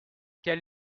quelle